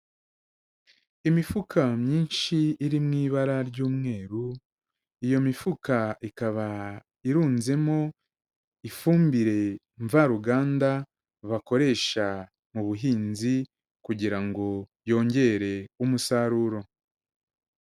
Imifuka myinshi iri mu ibara ry'umweru, iyo mifuka ikaba irunzemo ifumbire mvaruganda, bakoresha mu buhinzi kugira ngo yongere umusaruro.